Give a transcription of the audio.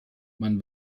man